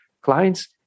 clients